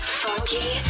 funky